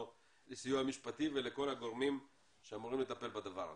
לסיוע המשפטי ולכל הגורמים שאמורים לטפל בדבר הזה.